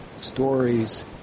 stories